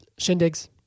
Shindigs